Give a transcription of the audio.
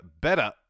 better